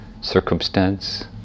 circumstance